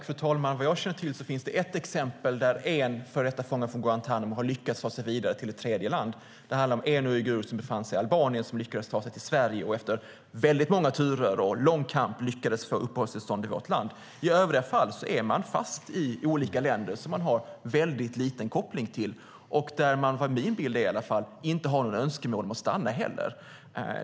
Fru talman! Vad jag känner till finns det ett exempel där en före detta fånge från Guantánamo har lyckats ta sig vidare till ett tredje land. Det handlar om en uigur som befann sig i Albanien som lyckades ta sig till Sverige och efter väldigt många turer och lång kamp lyckades få uppehållstillstånd i vårt land. I övriga fall är de fast i olika länder som de har väldigt liten koppling till och där de - det var i varje fall min bild - inte heller har några önskemål om att stanna.